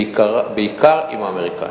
בעיקר עם האמריקנים.